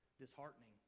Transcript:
disheartening